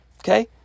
Okay